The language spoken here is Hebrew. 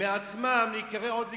מעצמם להיקרא עוד ליכוד,